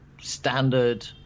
standard